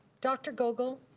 dr. gogol,